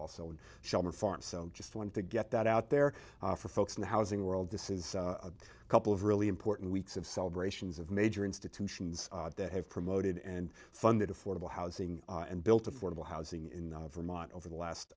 so just wanted to get that out there for folks in the housing world this is a couple of really important weeks of celebrations of major institutions that have promoted and funded affordable housing and built affordable housing in vermont over the last